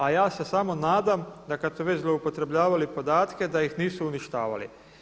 A ja se samo nadam da kada su već zloupotrebljavali podatke da ih nisu uništavali.